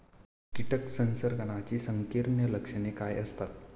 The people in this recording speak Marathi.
कीटक संसर्गाची संकीर्ण लक्षणे काय असतात?